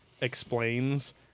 explains